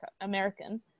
American